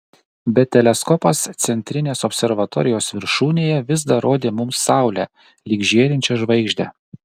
bet teleskopas centrinės observatorijos viršūnėje vis dar rodė mums saulę lyg žėrinčią žvaigždę